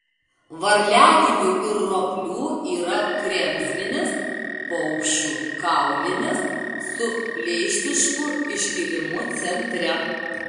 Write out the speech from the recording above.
varliagyvių ir roplių yra kremzlinis paukščių kaulinis su pleištišku iškilimu centre